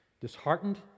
disheartened